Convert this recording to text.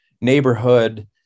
neighborhood